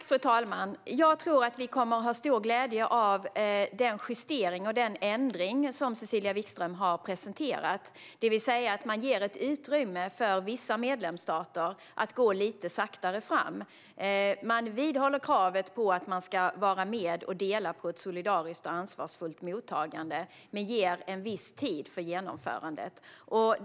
Fru talman! Jag tror att vi kommer att ha stor glädje av den justering och den ändring som Cecilia Wikström har presenterat, det vill säga att man ger ett utrymme för vissa medlemsstater att gå lite långsammare fram. Kravet vidhålls att man ska dela på ett solidariskt och ansvarsfullt mottagande men ger en viss tid för genomförandet.